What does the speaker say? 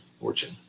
fortune